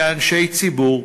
כאנשי ציבור,